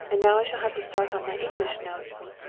and now i shall have to start on my english notes.